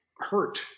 hurt